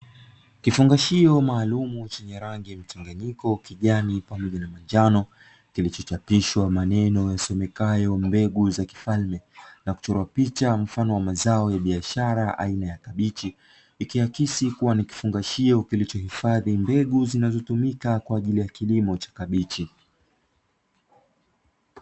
Kifungashio maalumu chenye rangi ya mchangajiko kijani pamoja na manjano, kilichochapishwa maneno yasomekayo mbegu za kifalme, na kuchora picha mfano wa mazao ya biashara aina ya kabichi, ikiakisi kuwa ni kifungashio kilichohifadhi mbegu zinazotumika kwa ajili ya kilimo cha kabichi.